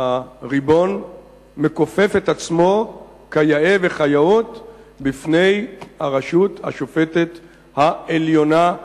והריבון מכופף את עצמו כיאה וכיאות בפני הרשות השופטת העליונה.